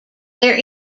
there